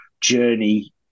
journey